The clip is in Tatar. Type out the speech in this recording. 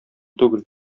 түгел